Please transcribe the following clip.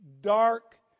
dark